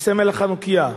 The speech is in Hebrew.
עם סמל החנוכייה.